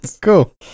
Cool